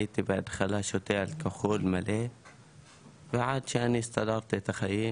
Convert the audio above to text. הייתי בהתחלה שותה אלכוהול מלא ועד שאני סידרתי את החיים